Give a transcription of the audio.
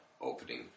opening